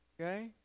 Okay